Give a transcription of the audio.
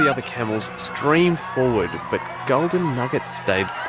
the other camels streamed forward, but golden nugget stayed